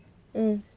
mm